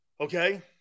Okay